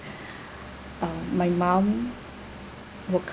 uh my mum work